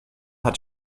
hat